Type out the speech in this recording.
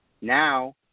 Now